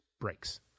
breaks